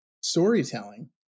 storytelling